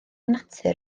natur